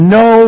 no